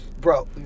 bro